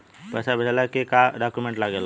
पैसा भेजला के का डॉक्यूमेंट लागेला?